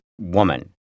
woman